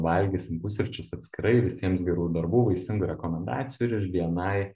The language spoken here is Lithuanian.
valgysim pusryčius atskirai visiems gerų darbų vaisingų rekomendacijų ir iš bni